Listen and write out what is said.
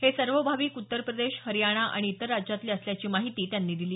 हे सर्व भाविक उत्तरप्रदेश हरयाणा आणि इतर राज्यातले असल्याची माहिती इटनकर यांनी दिली